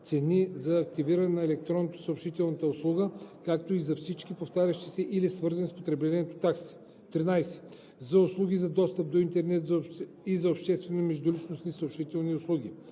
цени за активиране на електронната съобщителна услуга, както и за всички повтарящи се или свързани с потреблението такси; 13. за услуги за достъп до интернет и за обществени междуличностни съобщителни услуги: